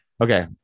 Okay